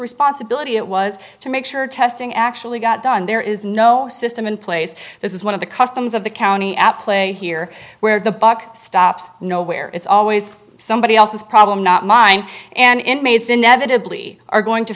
responsibility it was to make sure testing actually got done there is no system in place this is one of the customs of the county at play here where the buck stops nowhere it's always somebody else's problem not mine and inmates inevitably are going to